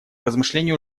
размышлений